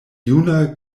juna